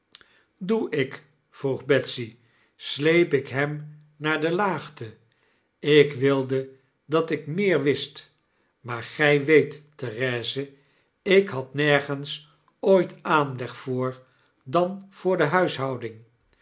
doe ik vroeg betsy ff sleep ik hem naar de laagte ik wilde dat ik meer wist maar gij weet therese ik had nergens ooit aanleg voor dan voor de huishouding